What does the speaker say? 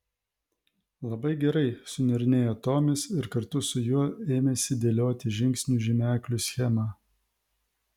labai gerai suniurnėjo tomis ir kartu su juo ėmėsi dėlioti žingsnių žymeklių schemą